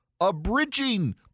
abridging